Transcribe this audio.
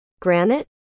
granite